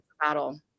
battle